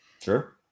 Sure